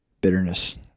bitterness